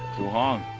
he'll hang.